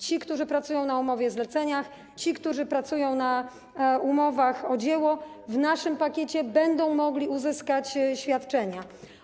Ci, którzy pracują na umowach zlecenia, ci, którzy pracują na umowach o dzieło, w naszym pakiecie będą mogli uzyskać świadczenia.